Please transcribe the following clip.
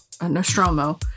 Nostromo